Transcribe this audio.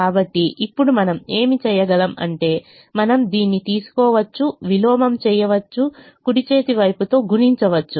కాబట్టి ఇప్పుడు మనము ఏమి చేయగలం అంటే మనం దీన్ని తీసుకోవచ్చు విలోమం చేయవచ్చు కుడి చేతి వైపుతో గుణించవచ్చు